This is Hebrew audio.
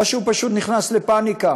או שהוא נכנס לפניקה